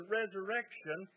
resurrection